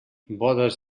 bodes